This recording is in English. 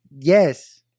yes